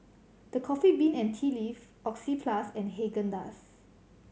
The Coffee Bean and Tea Leaf Oxyplus and Haagen Dazs